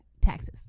taxes